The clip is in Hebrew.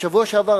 בשבוע שעבר,